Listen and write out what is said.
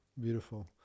Beautiful